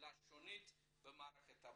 ולשונית במערכת הבריאות,